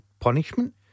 punishment